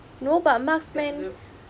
no but marksman